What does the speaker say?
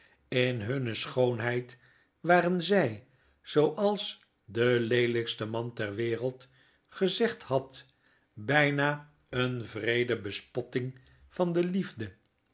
in hunne schoonheid waren zg zooals de leelijkste man ter wereld gezegd had bijna een wreede bespotting van de liefde